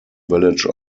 village